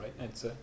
right